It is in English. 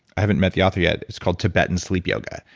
i haven't met the author yet. it's called tibetan sleep yoga,